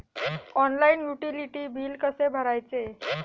Online utility बिले कसे भरायचे?